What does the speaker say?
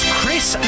Chris